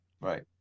right